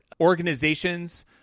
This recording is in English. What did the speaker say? organizations